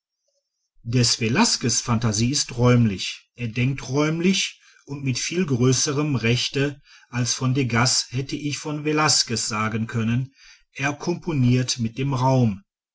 des velasquez phantasie ist räumlich er denkt räumlich und mit viel größerem rechte als von degas hätte ich von velasquez sagen können er komponiert mit dem raum